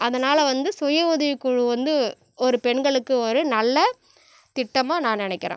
அதனால் வந்து சுய உதவி குழு வந்து ஒரு பெண்களுக்கு ஒரு நல்ல திட்டமாக நான் நினைக்கிறேன்